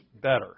better